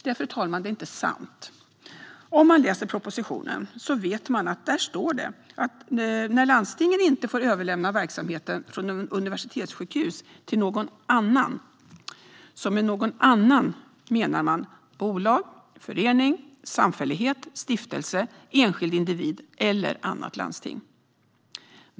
Det är inte sant, fru talman. Den som har läst propositionen vet att det står att när landstingen inte får överlämna verksamhet från universitetssjukhus till någon annan menar man med "annan" ett bolag, en förening, en samfällighet, en stiftelse, en enskild individ eller ett annat landsting.